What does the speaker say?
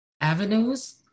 avenues